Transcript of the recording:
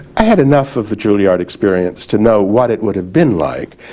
i had enough of the juilliard experience to know what it would have been like,